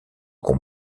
qu’on